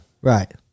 Right